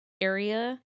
area